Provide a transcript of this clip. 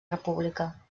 república